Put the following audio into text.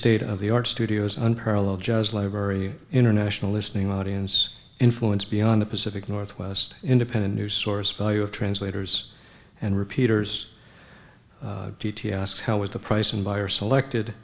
state of the art studios unparalleled jazz library international listening audience influence beyond the pacific northwest independent news source value of translators and repeaters ask how is the price and buyer selected